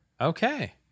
Okay